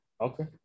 Okay